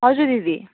हजुर दिदी